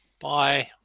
Bye